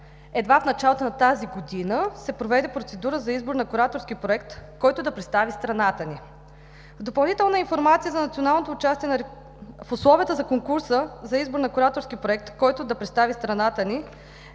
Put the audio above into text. Едва в началото на тази година се проведе процедура за избор на кураторски проект, който да представи страната ни. В допълнителна информация за националното участие в условията за конкурса за избор на кураторски проект, който да представи страната ни,